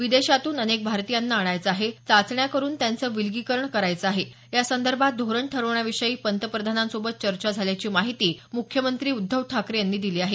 विदेशातून अनेक भारतीयांना आणायचं आहे चाचण्या करून त्यांचं विलगीकरण करायचे आहे यासंदर्भात धोरण ठरवण्याविषयी पंतप्रधानांसोबत चर्चा झाल्याची माहिती मुख्यमंत्री उद्धव ठाकरे यांनी दिली आहे